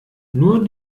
nur